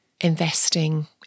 investing